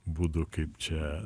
būdų kaip čia